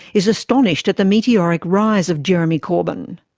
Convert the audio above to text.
is astonished at the meteoric rise of jeremy corbyn.